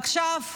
עכשיו,